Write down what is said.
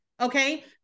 Okay